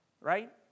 right